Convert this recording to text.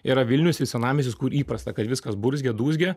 yra vilnius ir senamiestis kur įprasta kad viskas burzgia dūzgia